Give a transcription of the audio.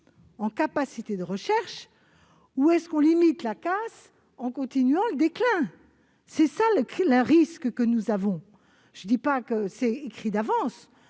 en capacité de recherche ou est-ce qu'on limite la casse en continuant le déclin ?» Car c'est cela, le risque qui nous menace ! Je ne dis pas que c'est écrit d'avance,